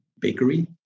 bakery